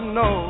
no